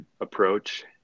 approach